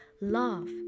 love